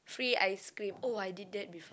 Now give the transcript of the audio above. free ice cream oh I did that before